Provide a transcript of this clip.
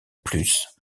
plus